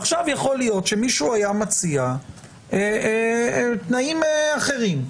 עכשיו יכול להיות שמישהו היה מציע תנאים אחרים.